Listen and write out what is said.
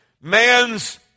man's